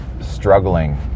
struggling